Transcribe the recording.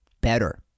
better